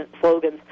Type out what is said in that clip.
slogans